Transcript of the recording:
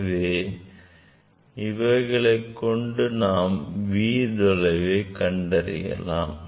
எனவே இவைகளை கொண்டு நாம் vன் தொலைவை கண்டறியலாம்